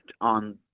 on